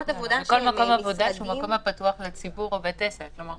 כל מקום עבודה שהוא מקום הפתוח לציבור או בית עסק.